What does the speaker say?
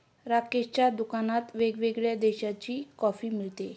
राकेशच्या दुकानात वेगवेगळ्या देशांची कॉफी मिळते